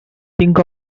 think